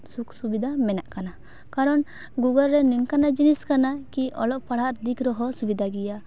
ᱥᱳᱠ ᱥᱩᱵᱤᱫᱟ ᱢᱮᱱᱟᱜ ᱠᱟᱱᱟ ᱠᱟᱨᱚᱱ ᱜᱩᱜᱳᱞ ᱨᱮ ᱱᱤᱝᱠᱟᱱᱟᱜ ᱡᱤᱱᱤᱥ ᱠᱟᱱᱟ ᱠᱤ ᱚᱞᱚᱜ ᱯᱟᱲᱦᱟᱜ ᱫᱤᱠ ᱨᱮᱦᱚᱸ ᱥᱩᱵᱤᱫᱷᱟ ᱜᱮᱭᱟ